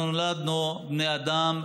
אנחנו נולדנו בני אדם.